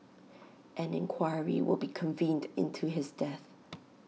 an inquiry will be convened into his death